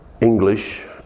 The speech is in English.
English